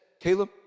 Caleb